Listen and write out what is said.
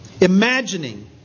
imagining